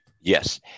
Yes